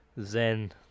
zen